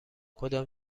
کدام